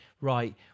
right